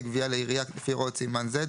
גבייה לעירייה לפי הוראות סימן זה,